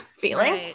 feeling